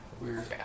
weird